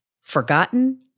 Forgotten